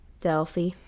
Delphi